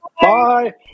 Bye